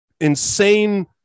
insane